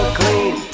clean